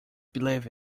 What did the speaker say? believe